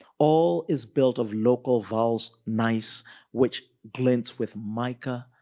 all is built of local vowels nice which glint with mica,